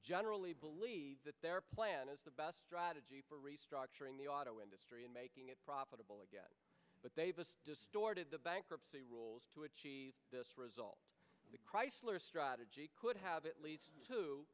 generally believe that their plan is the best strategy for restructuring the auto industry and making it profitable again but they've just distorted the bankruptcy rules to achieve this result the chrysler strategy could have it leads t